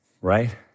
right